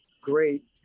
great